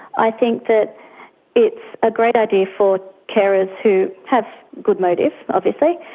i think that it's a great idea for carers who have good motive, obviously,